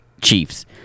Chiefs